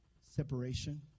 separation